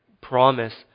promise